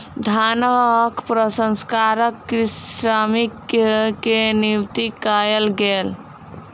धानक प्रसंस्करणक श्रमिक के नियुक्ति कयल गेल